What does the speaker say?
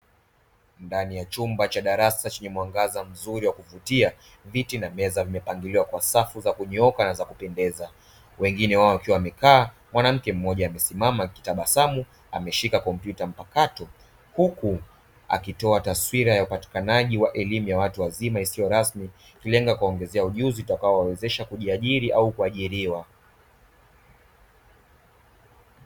Ndani ya chumba cha darada chenye mwangaza mzuri wa kuvutia. Viti na meza vimepangiliwa kwa safu kwa kunyooka na kwa kupendeza. Wengine wao wakiwa wamekaa, mwanamke mmoja akitabasamu ameshika kompyuta mpakato. Huku akitoa taswira ya upatikanaji wa elimu ya watu wazima isiyo rasmi, ikilenga kuwaongezea ujuzi utakaowawezesha kujiajiri au kuajiriwa.